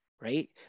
right